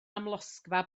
amlosgfa